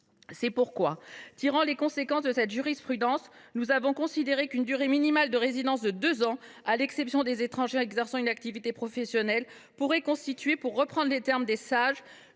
C’est pourquoi, tirant les conséquences de cette jurisprudence, nous avons considéré qu’une durée minimale de résidence de deux ans, à l’exception des étrangers exerçant une activité professionnelle, pourrait constituer, pour reprendre les termes des Sages,